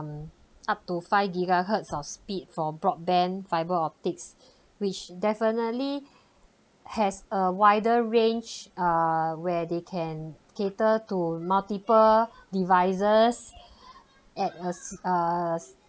up to five gigahertz of speed for broadband fibre optics which definitely has a wider range uh where they can cater to multiple devices at a s~ uh